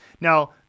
Now